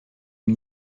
une